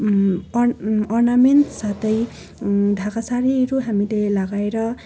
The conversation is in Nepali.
अर् अर्नामेन्ट्स साथै ढाका साडीहरू हामीले लगाएर